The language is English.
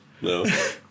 No